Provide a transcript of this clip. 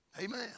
Amen